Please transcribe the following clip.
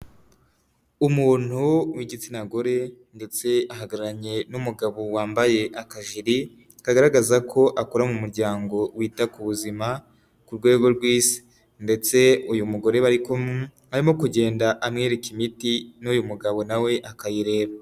Umuntu w'igitsina gore ndetse ahagararanye n'umugabo wambaye akajiri kagaragaza ko akora mu muryango wita ku buzima ku rwego rw'isi ndetse uyu mugore bari kumwe, arimo kugenda amwereka imiti n'uyu mugabo na we akayireba.